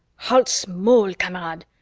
halt's maul, kamerad!